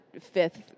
fifth